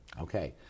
Okay